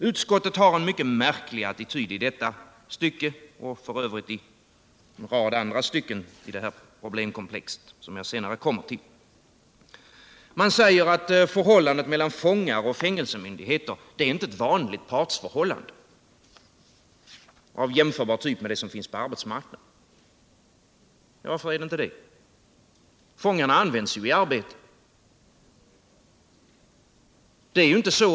Utskottet har en mycket märklig attityd i detta stycke, och f. ö. också i en rad andra stycken i det här problemkomplexet, vilket jag senare skall komma till. Man säger att förhållandet mellan fångar och fängelsemyndigheter inte är ett vanligt partsförhållande av den typ som är jämförbar med den som finns på arbetsmarknaden. Varför är det inte det? Fångarna används ju i arbete.